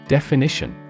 Definition